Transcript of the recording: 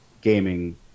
gaming